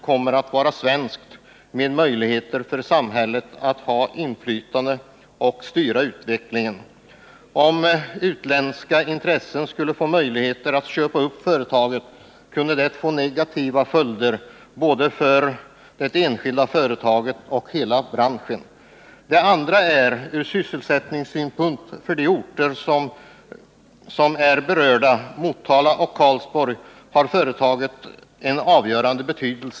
Det innebär möjlighet för samhället att utöva inflytande och styra utvecklingen i företaget. Om utländska intressenter skulle köpa upp företaget, kunde det få negativa följder både för det enskilda företaget och för hela branschen. Den andra aspekten gäller sysselsättningen. Därvidlag har företaget avgörande betydelse för de berörda orterna Motala och Karlsborg.